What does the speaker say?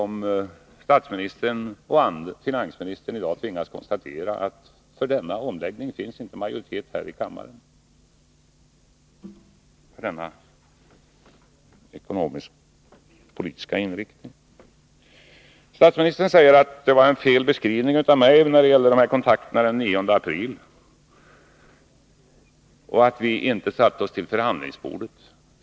Men statsministern och finansministern tvingas i dag konstatera att det inte finns majoritet här i kammaren för denna omläggning av den ekonomiska politiken! Statsministern säger att jag gjorde en felaktig beskrivning när det gällde kontakterna den 9 april och att vi inte satte oss till förhandlingsbordet.